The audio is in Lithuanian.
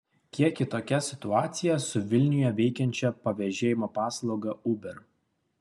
kiek kitokia situacija su vilniuje veikiančia pavežėjimo paslauga uber